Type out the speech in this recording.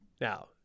Now